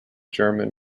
german